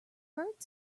heard